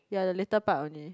ya the later part on it